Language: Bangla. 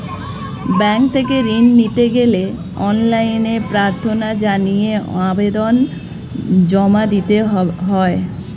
ব্যাংক থেকে ঋণ নিতে গেলে অনলাইনে প্রার্থনা জানিয়ে আবেদন জমা দিতে হয়